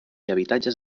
habitatges